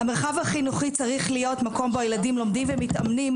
המרחב החינוכי צריך להיות מקום בו הילדים לומדים ומתאמנים,